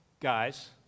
guys